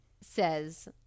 says